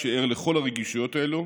שער לכל הרגישויות האלה,